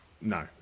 no